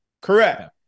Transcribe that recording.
Correct